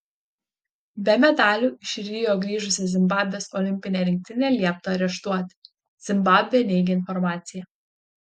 be medalių iš rio grįžusią zimbabvės olimpinę rinktinę liepta areštuoti zimbabvė neigia informaciją